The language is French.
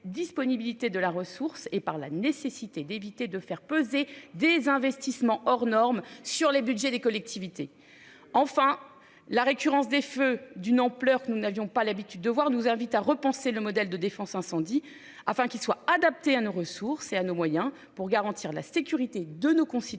de la ressource et par la nécessité d'éviter de faire peser des investissements hors norme sur les Budgets des collectivités. Enfin, la récurrence des feux d'une ampleur que nous n'avions pas l'habitude de voir nous invitent à repenser le modèle de défense incendie afin qu'il soit adapté à nos ressources et à nos moyens pour garantir la sécurité de nos concitoyens